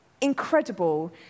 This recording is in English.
incredible